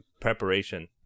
preparation